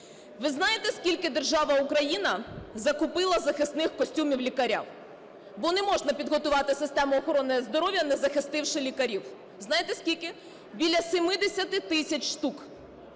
Ви знаєте скільки держава Україна закупила захисних костюмів лікарям. Бо не можна підготувати систему охорони здоров'я не захистивши лікарів. Знаєте скільки? Біля 70 тисяч штук.